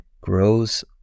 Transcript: grows